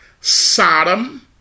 Sodom